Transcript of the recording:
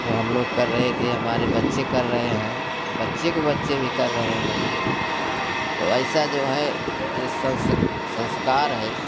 वो हम लोग कर रहे थे हमारे बच्चे कर रहे हैं बच्चे को बच्चे भी कर रहे हैं वही वैसा जो है ये संस्कार है